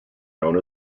known